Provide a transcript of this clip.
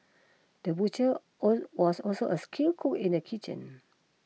the butcher or was also a skilled cook in the kitchen